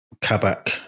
Kabak